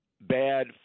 bad